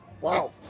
wow